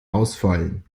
ausfallen